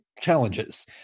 challenges